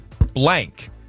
blank